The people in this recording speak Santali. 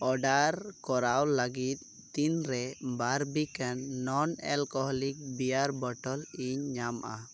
ᱚᱰᱟᱨ ᱠᱚᱨᱟᱣ ᱞᱟᱹᱜᱤᱫ ᱛᱤᱱᱨᱮ ᱵᱟᱨᱵᱤᱠᱮᱱ ᱱᱚᱱ ᱮᱞᱠᱳᱦᱳᱞᱤᱠ ᱵᱤᱭᱟᱨ ᱵᱳᱴᱳᱞ ᱤᱧ ᱧᱟᱢᱟ